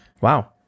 Wow